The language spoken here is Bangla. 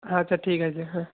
আচ্ছা ঠিক আছে হ্যাঁ